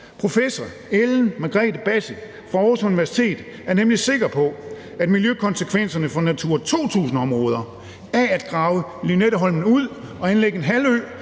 Professor Ellen Margrethe Basse fra Aarhus Universitet er nemlig sikker på, at miljøkonsekvenserne for Natura 2000-områder af at grave Lynetteholm ud og anlægge en halvø